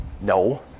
No